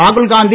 ராகுல் காந்தி